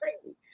crazy